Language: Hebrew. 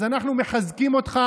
אז אנחנו מחזקים אותך.